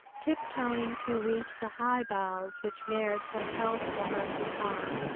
tiptoeing to reach the high boughs which merrit had held for her to tie,